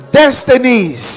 destinies